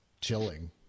chilling